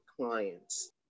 clients